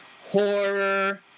horror